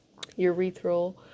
urethral